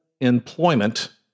employment